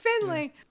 finley